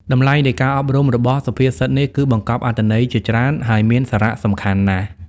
តម្លៃនៃការអប់រំរបស់សុភាសិតនេះគឺ បង្កប់អត្ថន័យជាច្រើន ហើយមានសារៈសំខាន់ណាស់។